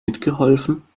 mitgeholfen